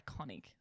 iconic